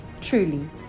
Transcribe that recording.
Truly